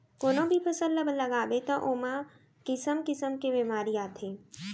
कोनो भी फसल ल लगाबे त ओमा किसम किसम के बेमारी आथे